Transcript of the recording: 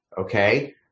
okay